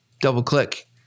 double-click